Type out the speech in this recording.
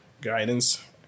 guidance